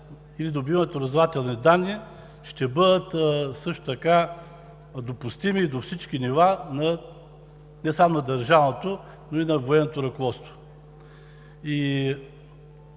или добиването на разузнавателни данни ще бъдат също така допустими до всички нива не само на държавното, но и на военното ръководство.